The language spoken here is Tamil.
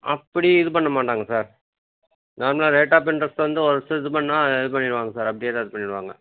அப்படி இது பண்ண மாட்டாங்க சார் நார்மலாக ரேட் ஆப் இன்ரெஸ்ட்டு வந்து ஒரு சு இது பண்ணால் இது பண்ணிருவாங்க சார் அப்படியே தான் இது பண்ணிருவாங்க